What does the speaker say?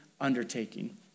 undertaking